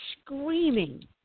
screaming